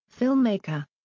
Filmmaker